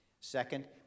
Second